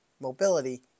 mobility